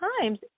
times